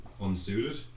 unsuited